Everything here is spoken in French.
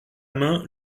main